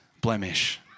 blemish